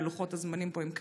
ולוחות הזמנים פה הם קריטיים.